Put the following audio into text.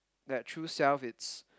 that true self it's